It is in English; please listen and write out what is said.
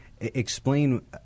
explain